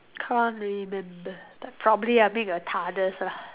can't remember but probably I make your lah